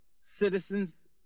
citizens